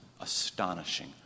astonishing